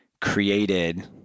created